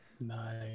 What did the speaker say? Nice